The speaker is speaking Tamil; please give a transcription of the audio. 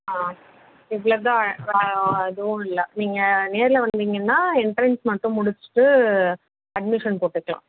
ஆ இ இவ்வளவு தான் வேறு எதுவும் இல்லை நீங்கள் நேரில் வந்தீங்கன்னா எண்ட்ரன்ஸ் மட்டும் முடிச்சுட்டு அட்மிஷன் போட்டுக்கலாம்